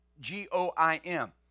G-O-I-M